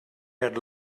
had